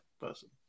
person